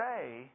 say